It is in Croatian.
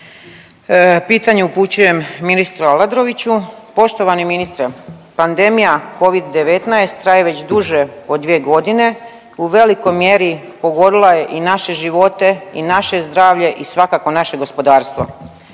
pitanje upućujem ministru Aladroviću. Poštovani ministre, pandemija Covid-19 traje već duže od 2 godine, u velikoj mjeri pogodila je i naše živote i naše zdravlje i svakako naše gospodarstvo.